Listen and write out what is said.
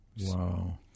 Wow